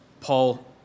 Paul